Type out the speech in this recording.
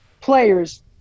players